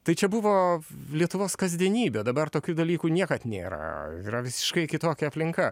tai čia buvo lietuvos kasdienybė dabar tokių dalykų niekad nėra yra visiškai kitokia aplinka